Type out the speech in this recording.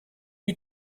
you